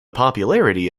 popularity